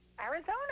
Arizona